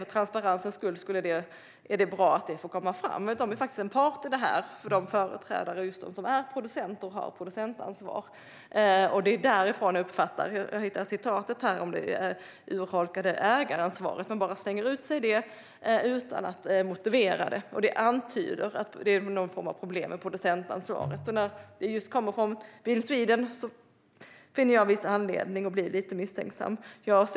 För transparensens skull är det bra att det kommer fram att Bil Sweden faktiskt är en part i detta eftersom man företräder dem som är producenter och har producentansvar. Det är därifrån jag uppfattar att citatet kommer om det urholkade ägaransvaret. Man bara slänger ur sig det utan att motivera det. Det antyder att det är någon form av problem med producentansvaret, och när det kommer från just Bil Sweden finner jag viss anledning att bli lite misstänksam.